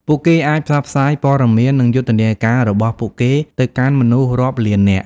ពួកគេអាចផ្សព្វផ្សាយព័ត៌មាននិងយុទ្ធនាការរបស់ពួកគេទៅកាន់មនុស្សរាប់លាននាក់។